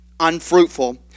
unfruitful